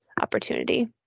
opportunity